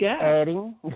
adding